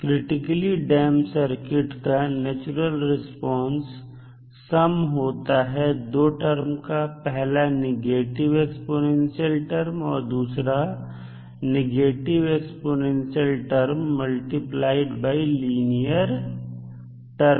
critically damped circuit का natural response sum होता है दो टर्म कर पहला नेगेटिव एक्स्पोनेंशियल टर्म और दूसरा negative exponential term linear term